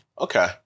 Okay